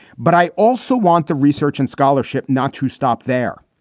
but i also want the research and scholarship not to stop there.